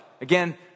Again